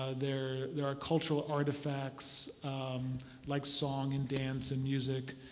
ah there there are cultural artifacts like song and dance and music.